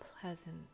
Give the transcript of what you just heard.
pleasant